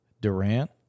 Durant